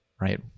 right